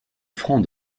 franc